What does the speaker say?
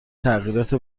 تغییرات